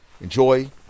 Enjoy